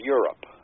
Europe